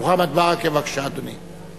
מוחמד ברכה, בבקשה, אדוני.